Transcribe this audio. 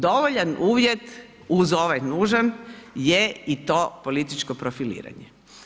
Dovoljan uvjet, uz ovaj nužan je i to političko profiliranje.